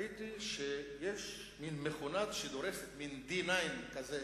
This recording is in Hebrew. ראיתי שיש מין מכונה שדורסת, מין די-9 כזה